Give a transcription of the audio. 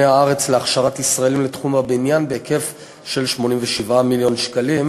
הארץ להכשרת ישראלים לתחום הבניין בהיקף של 87 מיליון שקלים,